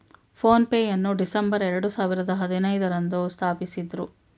phone pay ಯನ್ನು December ಎರಡು ಸಾವಿರದ ಹದಿನೈದು ರಂದು ಸ್ಥಾಪಿಸಿದ್ದ್ರು